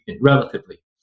relatively